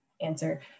answer